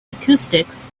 acoustics